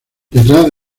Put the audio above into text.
detrás